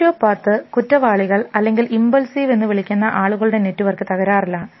sociopath കുറ്റവാളികൾ അല്ലെങ്കിൽ impulsive എന്ന് വിളിക്കുന്ന ആളുകളുടെ നെറ്റ്വർക്ക് തകരാറിലാണ്